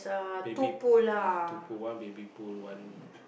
baby pool ah two pool one baby pool one